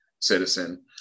citizen